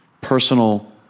personal